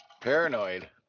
paranoid